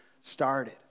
started